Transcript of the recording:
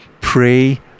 pray